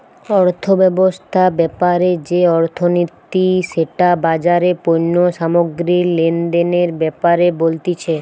অর্থব্যবস্থা ব্যাপারে যে অর্থনীতি সেটা বাজারে পণ্য সামগ্রী লেনদেনের ব্যাপারে বলতিছে